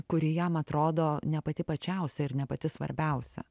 kuri jam atrodo ne pati pačiausia ir ne pati svarbiausia